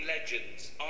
legends